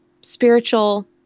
spiritual